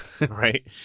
right